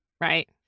Right